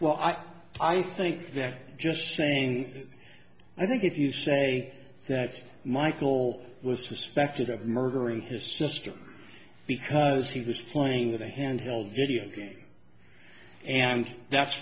well i i think they're just saying i think if you say that michael was suspected of murdering his sister because he was playing with a handheld video game and that's